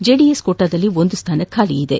JDS ಕೋಟಾದಲ್ಲಿ ಒಂದು ಸ್ಟಾನ ಖಾಲಿ ಇದೆ